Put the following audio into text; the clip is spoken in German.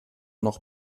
noch